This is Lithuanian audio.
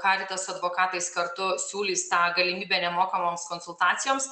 karitas su advokatais kartu siūlys tą galimybę nemokamoms konsultacijoms